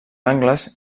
angles